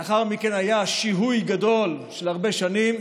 לאחר מכן היה שיהוי גדול של הרבה שנים,